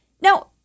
now